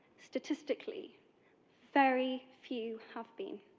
statistically very few have been.